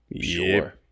Sure